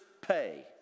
pay